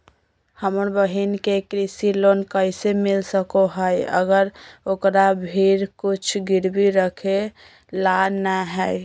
हमर बहिन के कृषि लोन कइसे मिल सको हइ, अगर ओकरा भीर कुछ गिरवी रखे ला नै हइ?